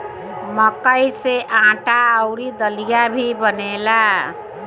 मकई से आटा अउरी दलिया भी बनेला